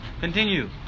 Continue